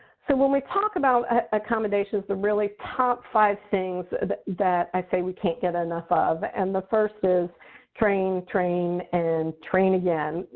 so when we talk about accommodations, the really top five things that i say we can't get enough of and the first is train, train, and train again.